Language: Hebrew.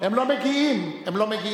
הם לא מגיעים, הם לא מגיעים.